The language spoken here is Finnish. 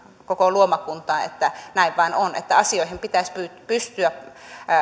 koko luomakuntaan näin vain on että asioihin pitäisi pystyä